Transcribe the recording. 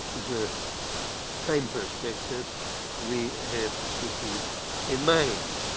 the time perspective we have to keep in mind.